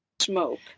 smoke